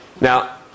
now